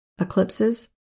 eclipses